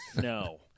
No